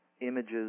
images